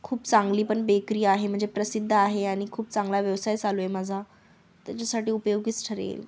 खूप चांगली पण बेकरी आहे म्हणजे प्रसिद्ध आहे आणि खूप चांगला व्यवसाय चालू आहे माझा त्याच्यासाठी उपयोगीच ठरेल